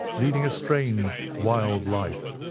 leading a strange wild life,